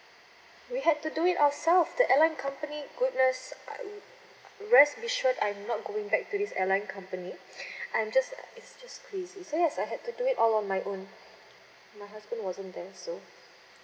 we had to do it ourself the airline company goodness rest be sured I'm not going back to this airline company I'm just it's just crazy so yes I had to do it all on my own my husband wasn't there so